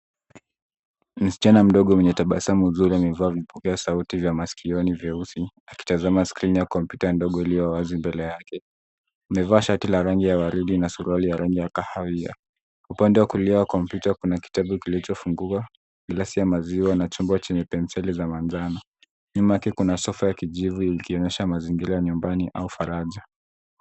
Msichana mdogo mwenye tabasamu zuri amevaa vipokea sauti vya masikioni vyeusi, akitazama screen ya kompyuta ndogo iliyo wazi mbele yake. Amevaa shati la rangi ya waridi na suruali ya rangi ya kahawia. Upande wa kulia kompyuta kuna kitabu kilichofunguka, glasi ya maziwa na chombo chenye penseli za manjano. Nyuma yake kuna sofa ya kijivu ikionyesha mazingira ya nyumbani au faraja.